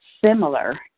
similar